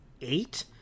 eight